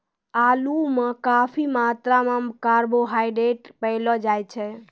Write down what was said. आलू म काफी मात्रा म कार्बोहाइड्रेट पयलो जाय छै